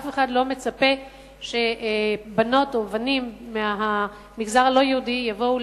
אף אחד לא מצפה שבנות ובנים מהמגזר הלא-יהודי יבואו